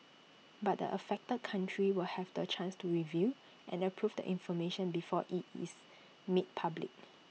but the affected country will have the chance to review and approve the information before IT is made public